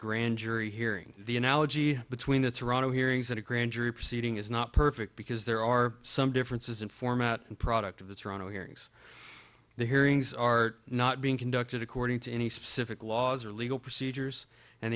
grand jury hearing the analogy between that serato hearings and a grand jury proceeding is not perfect because there are some differences in format and product of its row hearings the hearings are not being conducted according to any specific laws or legal procedures and